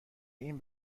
این